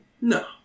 No